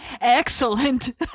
Excellent